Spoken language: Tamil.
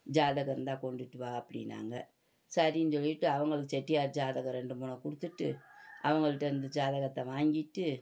ஜாதகம் இருந்தால் கொண்டுகிட்டு வா அப்படின்னாங்க சரின்னு சொல்லிவிட்டு அவங்களுக்கும் செட்டியார் ஜாதகம் ரெண்டு மூணை கொடுத்துட்டு அவங்கள்ட்ட இருந்த ஜாதகத்தை வாங்கிட்டு